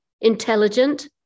intelligent